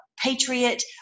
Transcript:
patriot